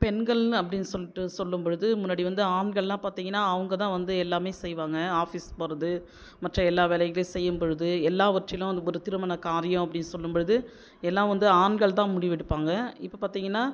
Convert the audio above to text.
பெண்கள்னு அப்படின்னு சொல்லிட்டு சொல்லும் பொழுது முன்னாடி வந்து ஆண்களெலாம் பார்த்தீங்கன்னா அவங்க தான் வந்து எல்லாமே செய்வாங்க ஆபிஸ் போகிறது மற்ற எல்லா வேலைகளையும் செய்யும் பொழுது எல்லாவற்றிலும் வந்து ஒரு திருமண காரியம் அப்படி சொல்லும் பொழுது எல்லாம் வந்து ஆண்கள் தான் வந்து முடிவு எடுப்பாங்க இப்போ பார்த்தீங்கன்னா